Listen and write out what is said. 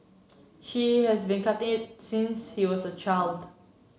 she has been cutting it since he was a child